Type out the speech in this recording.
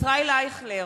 ישראל אייכלר,